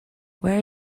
where